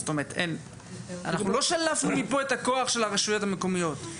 אנחנו לא שלפנו מפה את הכוח של הרשויות המקומיות.